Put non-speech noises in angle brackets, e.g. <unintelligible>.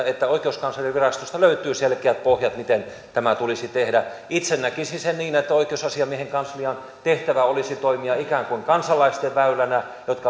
<unintelligible> että oikeuskanslerinvirastosta löytyy selkeät pohjat miten tämä tulisi tehdä itse näkisin sen niin että oikeusasiamiehen kanslian tehtävä olisi toimia ikään kuin kansalaisten väylänä